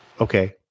okay